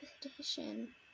petition